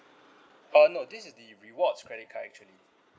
uh no this is the rewards credit card actually